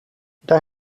daar